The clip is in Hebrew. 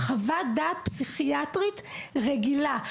חוות דעת פסיכיאטרית רגילה.